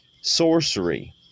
Sorcery